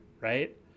Right